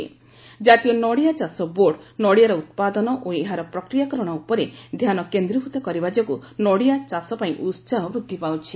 କ୍ରାତୀୟ ନଡ଼ିଆ ଚାଷ ବୋର୍ଡ ନଡ଼ିଆର ଉତ୍ପାଦନ ଓ ଏହାର ପ୍ରକ୍ରିୟାକରଣ ଉପରେ ଧ୍ୟାନ କେନ୍ଦ୍ରୀଭୂତ କରିବା ଯୋଗୁଁ ନଡ଼ିଆ ଚାଷ ପାଇଁ ଉସାହ ବୃଦ୍ଧି ପାଉଛି